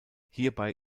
hierbei